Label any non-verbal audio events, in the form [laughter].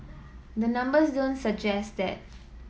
the numbers [unintelligible] suggest that